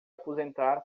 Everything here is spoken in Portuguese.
aposentar